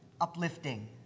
uplifting